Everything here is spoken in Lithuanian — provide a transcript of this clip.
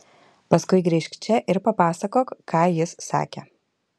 paskui grįžk čia ir papasakok ką jis sakė